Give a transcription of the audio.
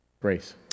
grace